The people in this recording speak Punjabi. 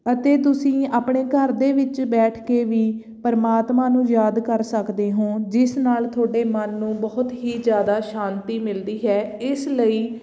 ਅਤੇ ਤੁਸੀਂ ਆਪਣੇ ਘਰ ਦੇ ਵਿੱਚ ਬੈਠ ਕੇ ਵੀ ਪਰਮਾਤਮਾ ਨੂੰ ਯਾਦ ਕਰ ਸਕਦੇ ਹੋਂ ਜਿਸ ਨਾਲ ਤੁਹਾਡੇ ਮਨ ਨੂੰ ਬਹੁਤ ਹੀ ਜ਼ਿਆਦਾ ਸ਼ਾਂਤੀ ਮਿਲਦੀ ਹੈ ਇਸ ਲਈ